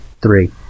Three